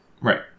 Right